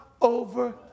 over